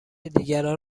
دیگران